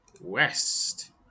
West